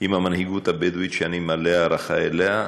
עם המנהיגות הבדואית, שאני מלא הערכה אליה,